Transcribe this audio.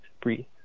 breathe